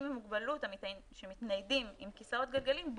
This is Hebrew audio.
עם מוגבלות שמתניידים עם כיסאות גלגלים,